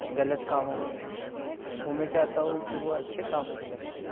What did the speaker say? गलत कामों में वो मैं चाहता हूँ कि वो अच्छे कामों में लगाएँ